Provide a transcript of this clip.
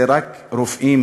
זה רק רופאים,